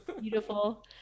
Beautiful